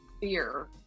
fear